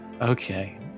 okay